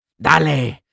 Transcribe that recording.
Dale